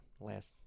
Last